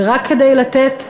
ורק כדי לתת מושג,